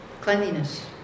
cleanliness